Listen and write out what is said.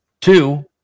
Two